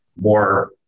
more